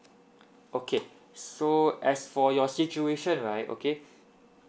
okay so as for your situation right okay